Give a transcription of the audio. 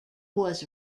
was